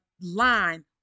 line